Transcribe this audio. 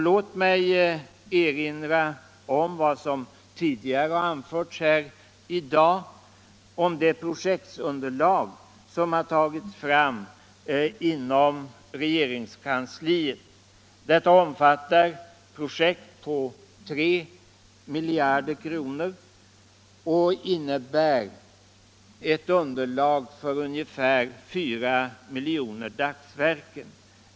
Låt mig erinra om vad som tidigare har anförts här i dag, nämligen det projektunderlag som har tagits fram inom regeringskansliet. Detta omfattar projekt på 3 miljarder kronor och innebär ett underlag för ungefär 4 miljoner dagsverken.